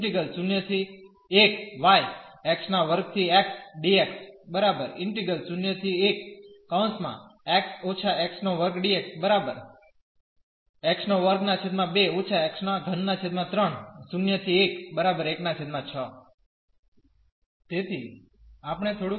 તેથી આપણે થોડુંક વધુ જટિલનું બીજું ઉદાહરણ લઈશું